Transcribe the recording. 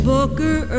Booker